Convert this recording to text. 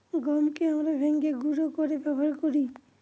গমকে আমরা ভেঙে গুঁড়া করে ব্যবহার করি